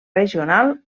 regional